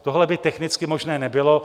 Tohle by technicky možné nebylo.